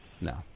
No